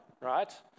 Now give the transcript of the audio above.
right